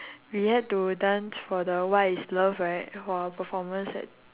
we had to dance for the what is love right for our performance at